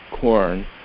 corn